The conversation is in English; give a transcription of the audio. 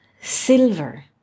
silver